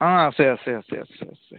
অঁ আছে আছে আছে আছে আছে